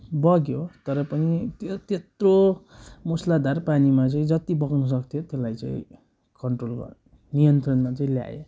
बग्यो तर पनि त्यो त्यत्रो मुसलधार पानीमा चाहिँ जति बगाउनु सक्थ्यो त्यसलाई चाहिँ कन्ट्रोल भयो नियन्त्रणमा चाहिँ ल्याएँ